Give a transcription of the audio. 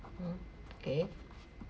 mm okay